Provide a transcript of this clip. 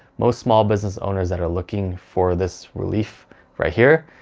most small business owners that are looking for this relief right here,